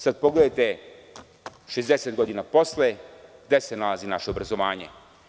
Sada pogledajte 60 godina posle gde se nalazi naše obrazovanje.